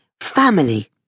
Family